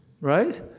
right